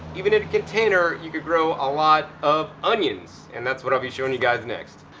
even in a container you could grow a lot of onions. and that's what i'll be showing you guys next.